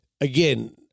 again